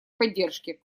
поддержки